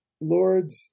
lords